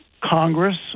Congress